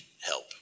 help